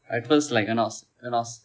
at first like when I was when I was